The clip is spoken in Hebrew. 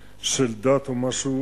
או מכל טעם,